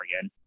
again